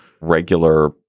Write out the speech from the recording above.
regular